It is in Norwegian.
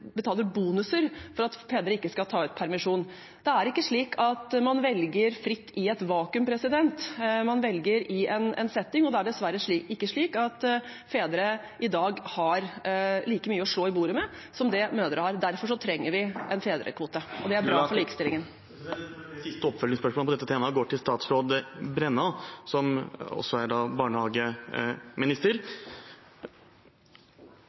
betaler ut bonuser for at fedre ikke skal ta ut permisjon. Det er ikke slik at man velger fritt, i et vakuum, man velger i en setting, og det er dessverre ikke slik at fedre i dag har like mye å slå i bordet med som det mødre har. Derfor trenger vi en fedrekvote, og det er bra for likestillingen. Mitt siste oppfølgingsspørsmål på dette temaet går til statsråd Brenna, som også er barnehageminister.